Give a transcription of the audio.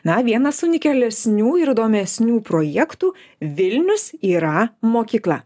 na vienas unikalesnių ir įdomesnių projektų vilnius yra mokykla